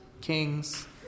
kings